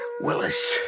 Willis